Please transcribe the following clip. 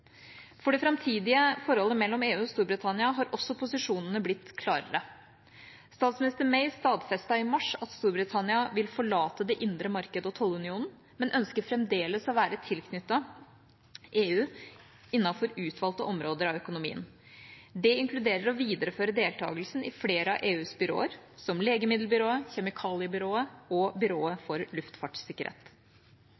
For det framtidige forholdet mellom EU og Storbritannia har også posisjonene blitt klarere: Statsminister May stadfestet i mars at Storbritannia vil forlate det indre marked og tollunionen, men fremdeles ønsker å være tilknyttet EU innenfor utvalgte områder av økonomien. Det inkluderer å videreføre deltakelsen i flere av EUs byråer – som legemiddelbyrået, kjemikaliebyrået og byrået